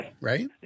Right